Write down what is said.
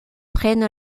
prenne